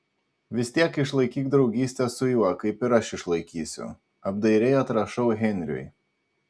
vis tiek išlaikyk draugystę su juo kaip ir aš išlaikysiu apdairiai atrašau henriui